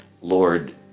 Lord